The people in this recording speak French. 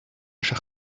cher